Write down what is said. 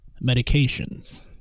medications